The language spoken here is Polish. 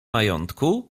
majątku